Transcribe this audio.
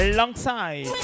Alongside